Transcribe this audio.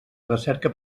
recerca